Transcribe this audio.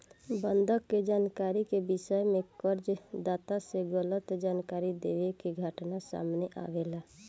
बंधक के जानकारी के विषय में कर्ज दाता से गलत जानकारी देवे के घटना सामने आवेला